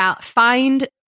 find